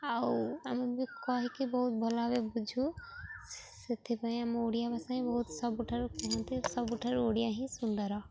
ଆଉ ଆମେ ବି କହିକି ବହୁତ ଭଲ ଭାବେ ବୁଝୁ ସେଥିପାଇଁ ଆମ ଓଡ଼ିଆ ଭାଷା ହିଁ ବହୁତ ସବୁଠାରୁ କୁହନ୍ତି ସବୁଠାରୁ ଓଡ଼ିଆ ହିଁ ସୁନ୍ଦର